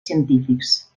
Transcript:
científics